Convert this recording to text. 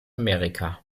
amerika